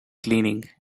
cleaning